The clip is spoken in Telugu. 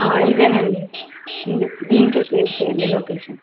ఆ ఇదేనండి దీనికి షేర్ చేయండి లొకేషన్